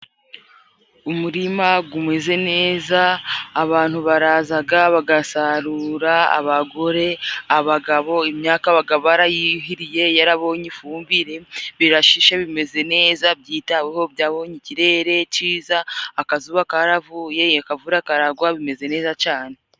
Umurima gumeze neza abantu barazaga bagasarura, abagore, abagabo. Imyaka bakaba barayuhiriye, yarabonye ifumbire, birashishe bimeze neza, byitaweho byabonye ikirere cyiza, akazuba karavuye, akavura karagwa bimeze neza cane.